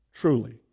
Truly